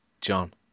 John